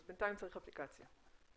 בינתיים, צריך אפליקציה.